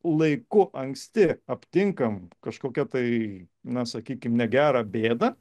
laiku anksti aptinkam kažkokią tai na sakykim negerą bėdą